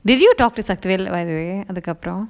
did you talk to sakti vel by the way அதுக்கப்புறம்:athukkappuram